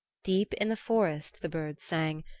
deep in the forest, the birds sang,